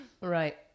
right